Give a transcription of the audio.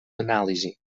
anàlisi